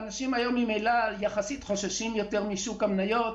האנשים היום ממילא חוששים יותר משוק המניות,